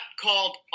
called